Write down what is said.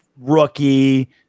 Rookie